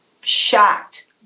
shocked